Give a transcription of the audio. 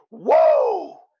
whoa